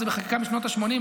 זאת בחקיקה משנות השמונים,